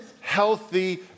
healthy